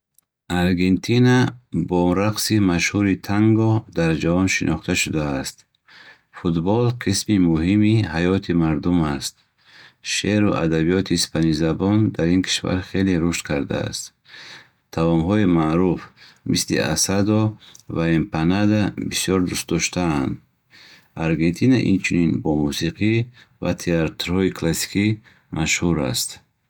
Аргентина бо рақси машҳури танго дар ҷаҳон шинохта шудааст. Футбол қисми муҳими ҳаёти мардум аст. Шеъру адабиёти испанизабон дар ин кишвар хеле рушд кардааст. Таомҳои маъруф, мисли асадо ва эмпанада, бисёр дӯстдоштаанд. Аргентина инчунин бо мусиқӣ ва театрҳои классикӣ маъруф аст